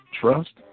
Trust